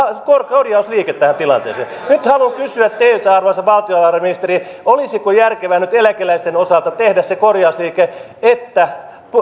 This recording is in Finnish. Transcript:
korjausliike tähän tilanteeseen nyt haluan kysyä teiltä arvoisa valtiovarainministeri olisiko järkevää eläkeläisten osalta tehdä se korjausliike että